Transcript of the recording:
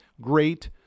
great